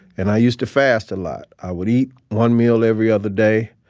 and i used to fast a lot. i would eat one meal every other day.